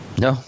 No